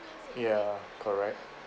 ya correct